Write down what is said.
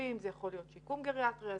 זה יכול להיות שיקום גריאטריה,